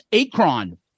Akron